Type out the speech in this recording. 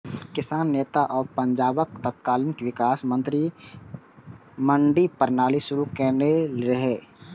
किसान नेता आ पंजाबक तत्कालीन विकास मंत्री मंडी प्रणाली शुरू केने रहै